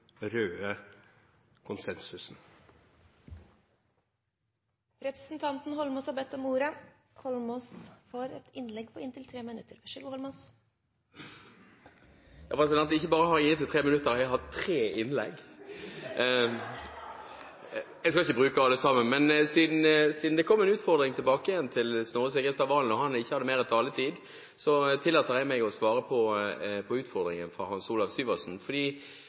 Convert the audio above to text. røde konsensusen. Representanten Eidsvoll Holmås har bedt om ordet. Holmås får ordet til et innlegg på inntil 3 minutter. Ja, ikke bare har jeg inntil 3 minutter, jeg har tre innlegg. Jeg skal ikke bruke alle sammen, men siden det kom en utfordring tilbake til Snorre Serigstad Valen, og han ikke har mer taletid, tillater jeg meg å svare på utfordringen fra Hans Olav Syversen.